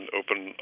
open